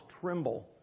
tremble